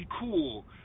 cool